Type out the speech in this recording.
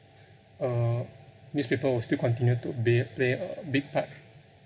uh newspaper will still continue to play play a big part